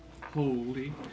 holy